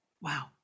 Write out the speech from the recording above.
Wow